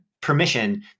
permission